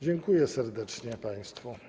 Dziękuję serdecznie państwu.